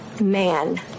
man